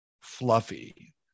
fluffy